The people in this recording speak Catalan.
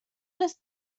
les